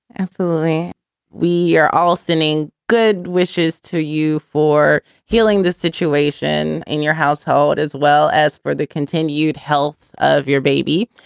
absolutely we are all standing. good wishes to you for healing this situation in your household as well as for the continued health of your baby.